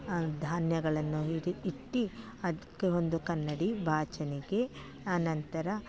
ಧಾನ್ಯಗಳನ್ನು ಇಡಿ ಇಟ್ಟು ಅದಕ್ಕೆ ಒಂದು ಕನ್ನಡಿ ಬಾಚಣಿಕೆ ಆನಂತರ